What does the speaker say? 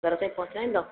घर ताईं पहुचाईंदो